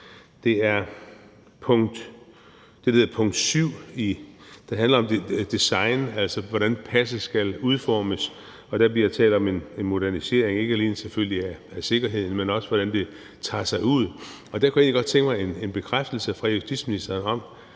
sig om punkt 7, der handler om design, altså hvordan passet skal udformes. Der bliver talt om en modernisering, ikke alene selvfølgelig af sikkerheden, men også i forhold til hvordan det tager sig ud, og der kunne jeg egentlig godt tænke mig en bekræftelse fra justitsministeren af,